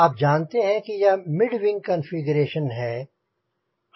आप जानते हैं यह है मिड विंग कॉन्फ़िगरेशन है